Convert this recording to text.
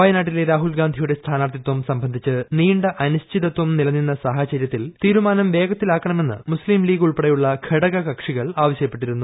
വയനാട്ടിലെ രാഹുൽഗാന്ധിയുടെ സ്ഥാന്ദ്യൂർത്ഥിത്വം സംബന്ധിച്ച് നീണ്ട അനിശ്ചി തത്വം നിലനിന്ന സാഹച്ചര്യുത്തിൽ തീരുമാനം വേഗത്തിലാക്കണ മെന്ന് മുസ്തീംലീഗ് ഉൾപ്പെടെയുള്ള ഘടകകക്ഷികൾ ആവശ്യപ്പെ ട്ടിരുന്നു